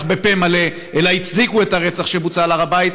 בפה מלא אלא הצדיקו את הרצח שבוצע על הר הבית,